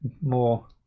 more